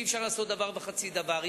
אי-אפשר לעשות דבר וחצי דבר,